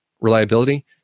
reliability